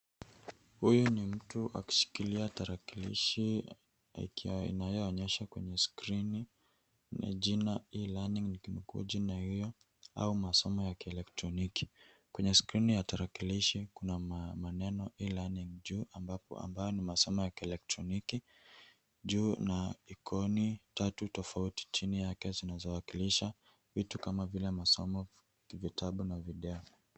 Huyu ni mtu akishikilia tarakilishi ikiwa inayoonyesha kwenye skrini, ni jina e-learning nikinukuu jina hio au masomo ya kielektroniki. Kwenye skrini ya tarakilishi kuna maneno e-learning juu, ambapo, ambayo ni masomo ya kielektroniki juu na ikoni tatu tofauti chini yake, zinazowakilisha vitu kama vile: masomo, vitabu na video .